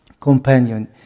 companion